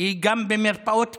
היא גם במרפאות קהילה,